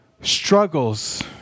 struggles